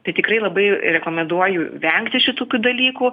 tai tikrai labai rekomenduoju vengti šitokių dalykų